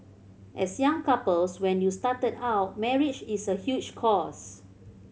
as young couples when you started out marriage is a huge cost